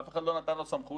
אף אחד לא נתן לו סמכות